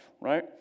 right